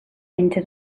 into